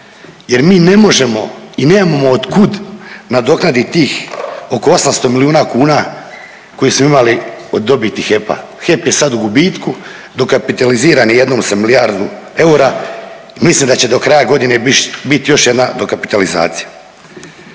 jer mi ne možemo i nemamo od kud nadoknaditi tih oko 800 milijuna kuna koje smo imali od dobiti HEP-a. HEP je sad u gubitku, dokapitaliziran je jednom sa milijardu eura. Mislim da će do kraja godine biti još jedna dokapitalizacija.